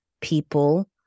people